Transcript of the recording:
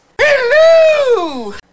hello